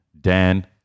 Dan